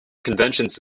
conventions